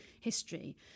history